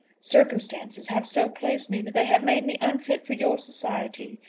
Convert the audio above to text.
circumstances have so placed me that they have made me unfit for your society.